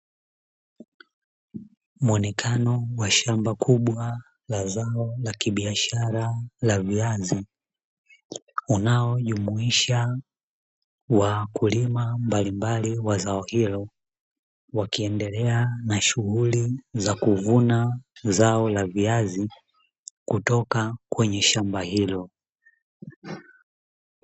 Muonekano wa shamba kubwa la zao la kibiashara la viazi, inayojumuisha wakulima mbalimbali wa zao hilo, wakiendelea na shughuli za kuvuna zao la viazi kutoka kwenye shamba hilo.